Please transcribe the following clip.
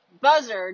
buzzard